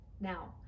now